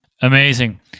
Amazing